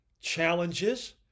challenges